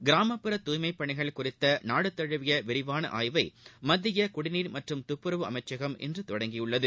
கிராமப்புற தூய்மைப் பணிகள் குறித்த நாடு தழுவிய விரிவான ஆய்வை மத்திய குடிநீர் மற்றும் துப்புரவு அமைச்சம் இன்று தொடங்கியுள்ளது